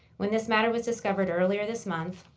when this matter was discovered earlier this month,